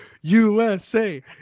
USA